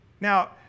Now